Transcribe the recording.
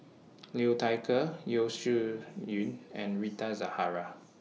Liu Thai Ker Yeo Shih Yun and Rita Zahara